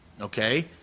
okay